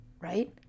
right